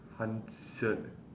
hundred